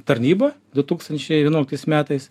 tarnyba du tūkstančiai vienuoliktais metais